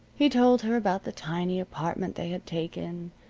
he told her about the tiny apartment they had taken,